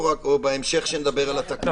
או בהמשך כשנדבר על התקנות?